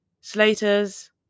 Slaters